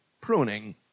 pruning